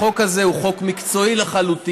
החוק הזה הוא חוק מקצועי לחלוטין.